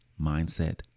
mindset